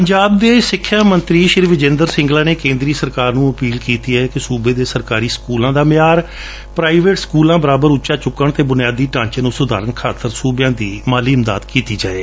ਪੰਜਾਬ ਦੇ ਸਿੱਖਿਆ ਮੰਤਰੀ ਸ਼੍ਰੀ ਵਿਜੇਇੰਦਰ ਸਿੰਗਲਾ ਨੇ ਕੇਂਦਰੀ ਸਰਕਾਰ ਨੂੰ ਅਪੀਲ ਕੀਤੀ ਹੈ ਕਿ ਸੂਬੇ ਦੇ ਸਰਕਾਰੀ ਸਕੂਲਾਂ ਦਾ ਮਿਆਰ ਪ੍ਾਈਵੇਟ ਸਕੂਲਾਂ ਬਰਾਬਰ ਉਂਚਾ ਚੁੱਕਣ ਲਈ ਅਤੇ ਬੁਨਿਆਦੀ ਢਾਂਚੇ ਨੂੰ ਸੁਧਾਰਣ ਖਾਤਰ ਸੁਬਿਆਂ ਦੀ ਮਦਦ ਕੀਤੀ ਜਾਵੇ